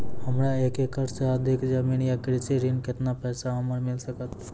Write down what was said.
हमरा एक एकरऽ सऽ अधिक जमीन या कृषि ऋण केतना पैसा हमरा मिल सकत?